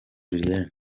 julienne